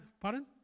Pardon